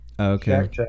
Okay